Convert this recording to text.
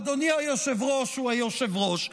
אדוני היושב-ראש הוא היושב-ראש,